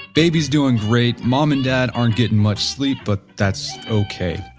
baby is doing great, mom and dad aren't getting much sleep, but that's okay.